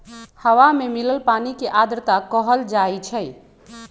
हवा में मिलल पानी के आर्द्रता कहल जाई छई